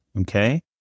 Okay